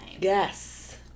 Yes